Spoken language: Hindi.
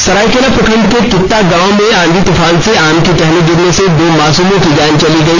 सरायकेला प्रखंड के किता गांव में आंधी तूफान से आम की टहनी गिरने से दो मासूमों की जान चली गई